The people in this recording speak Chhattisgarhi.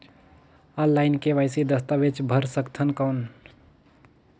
ऑनलाइन के.वाई.सी दस्तावेज भर सकथन कौन?